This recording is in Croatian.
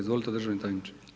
Izvolite državni tajniče.